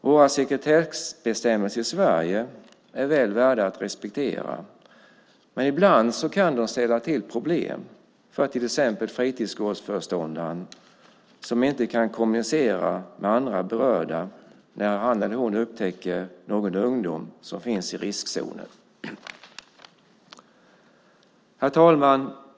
Våra sekretessbestämmelser i Sverige är väl värda att respekteras, men ibland kan de ställa till problem för till exempel fritidsgårdsföreståndaren som inte kan kommunicera med andra berörda när han eller hon upptäcker att någon ung människa finns i riskzonen. Herr talman!